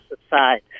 subside